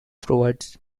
provides